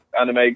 anime